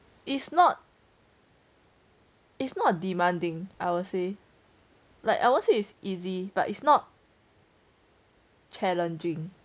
it's not it's not demanding I will say like I won't say is easy but it's not challenging